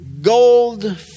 gold